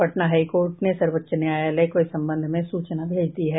Patna high court ने सर्वोच्च न्यायालय को इस संबंध में सूचना भेज दी है